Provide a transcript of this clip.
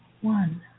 one